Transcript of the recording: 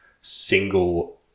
single